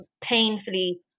painfully